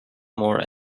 more